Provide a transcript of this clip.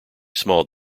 small